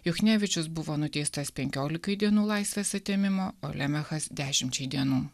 juchnevičius buvo nuteistas penkiolikai dienų laisvės atėmimo o lemechas dešimčiai dienų